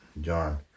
John